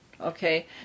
okay